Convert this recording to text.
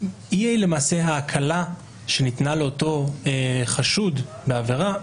זו למעשה ההקלה שניתנה לאותו חשוד בעבירה.